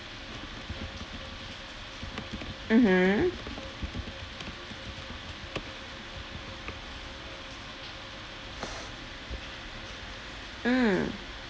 mmhmm mm